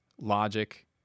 logic